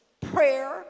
Prayer